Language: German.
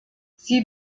sie